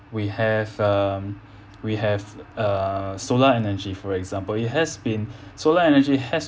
we have um we have uh solar energy for example it has been solar energy has